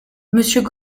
monsieur